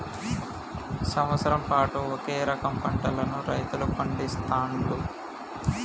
సంవత్సరం పాటు ఒకే రకం పంటలను రైతులు పండిస్తాండ్లు